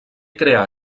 creà